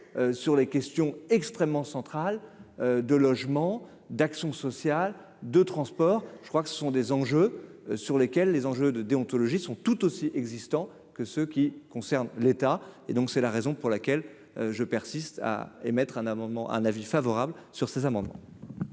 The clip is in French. sur les questions extrêmement central de logement, d'action sociale de transport, je crois que ce sont des enjeux sur lesquels les enjeux de déontologie sont tout aussi existants, que ce qui concerne l'état et donc c'est la raison pour laquelle je persiste à émettre un amendement un avis favorable sur ces amendements.